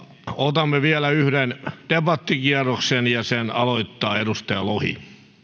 otamme vielä yhden debattikierroksen ja sen aloittaa edustaja lohi